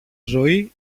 ζωή